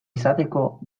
izateko